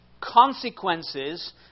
consequences